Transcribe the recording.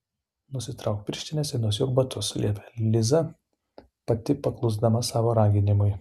nusitrauk pirštines ir nusiauk batus liepė liza pati paklusdama savo raginimui